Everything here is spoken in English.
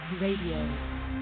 Radio